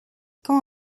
quand